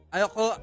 Ayoko